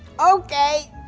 okay.